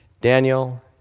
Daniel